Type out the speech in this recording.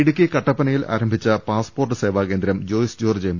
ഇടുക്കി കട്ടപ്പനയിൽ ആരംഭിച്ച പാസ്പോർട്ട് സേവാകേന്ദ്രം ജോയ്സ് ജോർജ് എം